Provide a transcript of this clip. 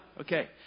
Okay